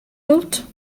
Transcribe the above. moult